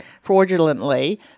fraudulently